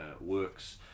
works